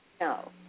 No